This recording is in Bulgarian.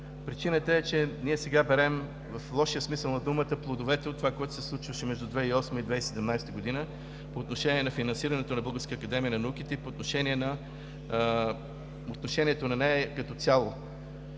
Причината е, че ние сега берем, в лошия смисъл на думата, плодовете от това, което се случваше между 2008-а и 2017 г. по отношение на финансирането на Българската академия на науките и отношението към нея като цяло.